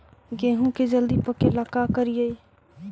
गेहूं के जल्दी पके ल का करियै?